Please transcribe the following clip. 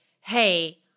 hey